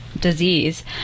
disease